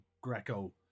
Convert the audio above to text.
Greco